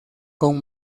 con